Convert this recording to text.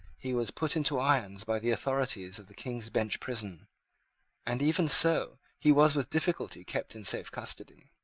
he was put into irons by the authorities of the king's bench prison and even so he was with difficulty kept in safe custody.